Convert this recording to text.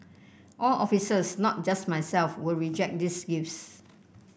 all officers not just myself will reject these gifts